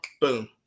boom